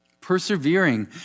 Persevering